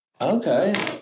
Okay